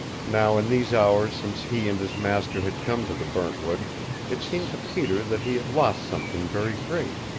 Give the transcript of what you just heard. now in these hours since he and his master had come to the burntwood it seemed to peter that he had lost something very great,